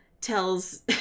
tells